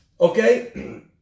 Okay